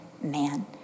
man